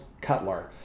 Cutler